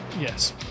yes